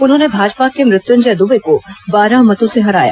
उन्होंने भाजपा के मृत्युंजय दुबे को बारह मतों से हराया